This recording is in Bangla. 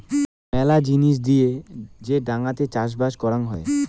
মেলা জিনিস দিয়ে যে ডাঙাতে চাষবাস করাং হই